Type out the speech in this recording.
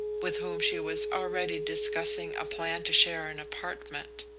with whom she was already discussing a plan to share an apartment.